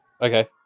okay